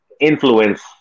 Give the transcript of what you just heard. influence